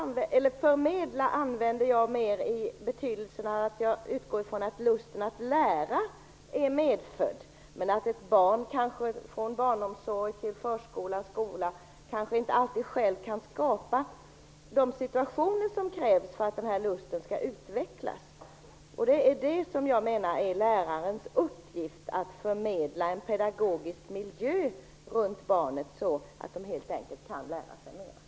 När jag använde ordet förmedla utgick jag ifrån att lusten att lära är medfödd, men att ett barn genom barnomsorgen, förskola och skola kanske inte alltid själv kan skapa de situationer som krävs för att den här lusten skall utvecklas. Jag menar att det är lärarens uppgift att förmedla en pedagogisk miljö runt barnen så att de helt enkelt kan lära sig mer.